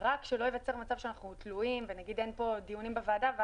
רק שלא ייווצר מצב שאנחנו תלויים ואין פה דיונים בוועדה,